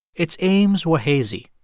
its aims were hazy.